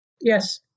Yes